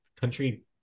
country